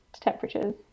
temperatures